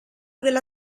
della